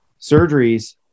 surgeries